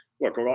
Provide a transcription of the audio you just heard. look